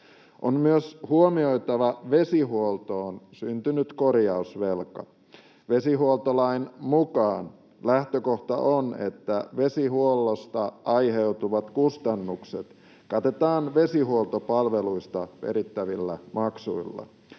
On myös huomioitava vesihuoltoon syntynyt korjausvelka. Vesihuoltolain mukaan lähtökohta on, että vesihuollosta aiheutuvat kustannukset katetaan vesihuoltopalveluista perittävillä maksuilla.